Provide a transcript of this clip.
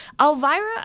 Elvira